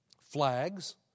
flags